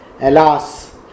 alas